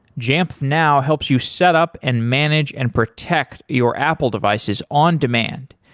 jamf now helps you set up and manage and protect your apple devices on demand.